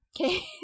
Okay